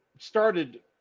Started